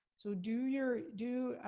so do you're, do,